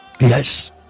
Yes